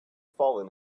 fallen